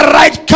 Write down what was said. right